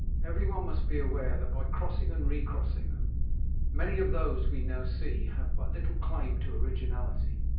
every one must be aware that by crossing and recrossing them many of those we now see have but little claim to originality.